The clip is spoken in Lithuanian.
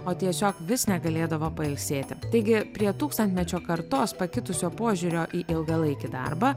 o tiesiog vis negalėdavo pailsėti taigi prie tūkstantmečio kartos pakitusio požiūrio į ilgalaikį darbą